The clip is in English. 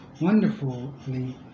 wonderfully